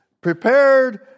prepared